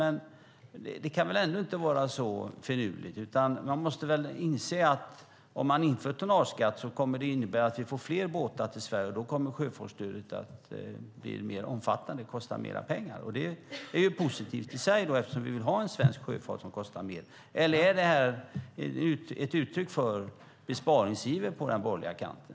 Men det kan väl ändå inte vara så finurligt, utan man måste väl inse att om man inför tonnageskatt så kommer det att innebära att vi får fler båtar till Sverige, och då kommer sjöfartsstödet att bli mer omfattande och kosta mer pengar. Det är ju positivt i sig, eftersom vi vill ha en svensk sjöfart som kostar mer. Eller är det här ett uttryck för besparingsiver på den borgerliga kanten?